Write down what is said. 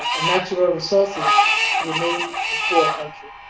ah natural resources remains a poor country.